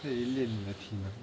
the lin 的 T